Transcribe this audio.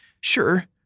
Sure